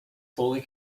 fully